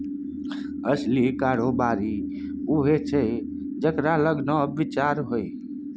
असली कारोबारी उएह छै जेकरा लग नब विचार होए